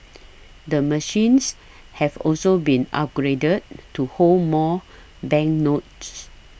the machines have also been upgraded to hold more banknotes